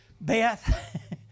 Beth